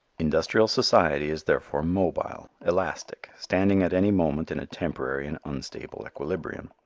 industrial society is therefore mobile, elastic, standing at any moment in a temporary and unstable equilibrium.